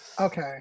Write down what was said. okay